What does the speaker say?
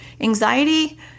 Anxiety